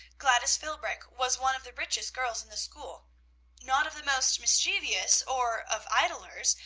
gladys philbrick was one of the richest girls in the school not of the most mischievous, or of idlers,